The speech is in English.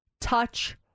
touch